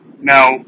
Now